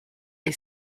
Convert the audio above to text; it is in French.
est